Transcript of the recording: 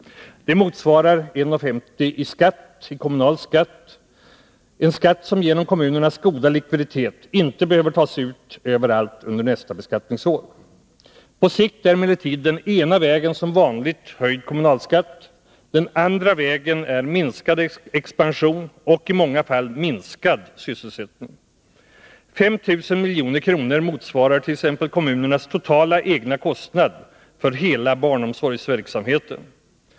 Det motsvarar 1:50 kr i kommunal skatt, en skatt som tack vare kommunernas goda likviditet inte behöver tas ut överallt under nästa beskattningsår. På sikt är emellertid den ena vägen som vanligt höjd kommunalskatt. Den andra vägen är minskad expansion och i många fall minskad sysselsättning. 5 000 milj.kr. motsvarar t.ex. kommunernas totala egna kostnad för hela barnomsorgsverksamheten.